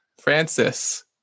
Francis